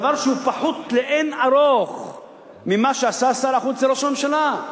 דבר שהוא פחות לאין ערוך ממה שעשה שר החוץ לראש הממשלה.